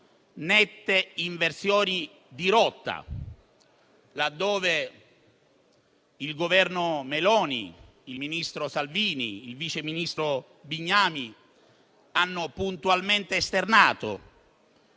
nette inversioni di rotta, laddove il Governo Meloni, il ministro Salvini e il vice ministro Bignami hanno puntualmente esternato